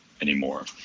anymore